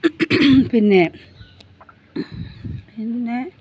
പിന്നെ പിന്നെ